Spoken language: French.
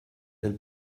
elle